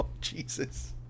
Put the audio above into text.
Jesus